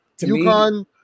UConn